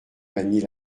manie